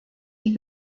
die